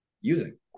using